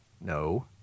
No